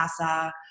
nasa